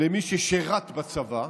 למי ששירת בצבא,